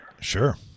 Sure